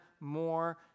more